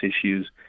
issues